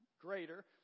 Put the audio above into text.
greater